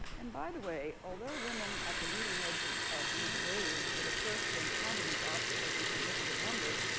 and by the way, although women at the leading edge of these waves were the first to encounter these obstacles in significant numbers,